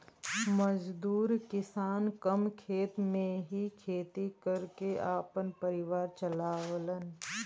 मजदूर किसान कम खेत में ही खेती कर क आपन परिवार चलावलन